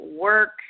work